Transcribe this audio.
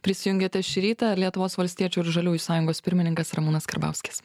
prisijungėte šį rytą lietuvos valstiečių ir žaliųjų sąjungos pirmininkas ramūnas karbauskis